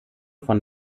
von